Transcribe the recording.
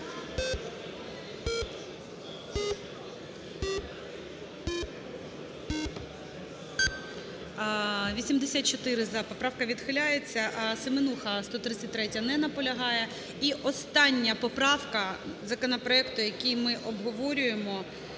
За-84 Поправка відхиляється. Семенуха, 133-я. Не наполягає. І остання поправка законопроекту, який ми обговорюємо,